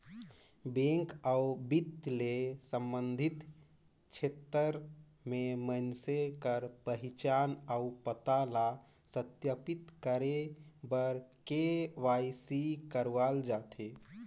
bank अउ बित्त ले संबंधित छेत्र में मइनसे कर पहिचान अउ पता ल सत्यापित करे बर के.वाई.सी करवाल जाथे